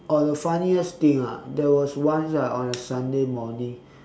oh the funniest thing ah there was once ah on a sunday morning